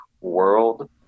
world